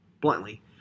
bluntly